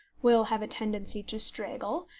will have a tendency to straggle,